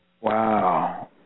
Wow